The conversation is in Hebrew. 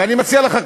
ואני מציע לך,